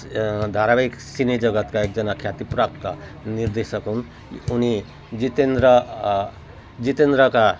धारावाहिक सिने जगत्का एकजना ख्यातिप्राप्त निर्देशक हुन् उनी जितेन्द्र जितेन्द्रका